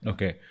Okay